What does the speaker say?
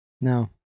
No